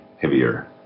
heavier